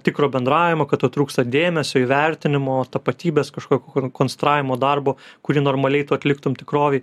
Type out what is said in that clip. tikro bendravimo kad tau trūksta dėmesio įvertinimo tapatybės kažkokio konstravimo darbo kuri normaliai tu atliktum tikrovėj